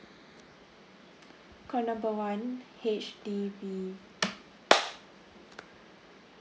call number one H_D_B